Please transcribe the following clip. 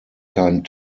kein